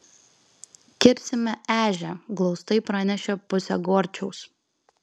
kirsime ežią glaustai pranešė pusė gorčiaus